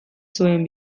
zuen